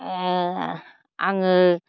ओ आङो